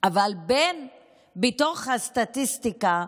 אבל בתוך הסטטיסטיקה,